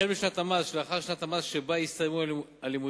החל משנת המס שלאחר שנת המס שבה הסתיימו הלימודים,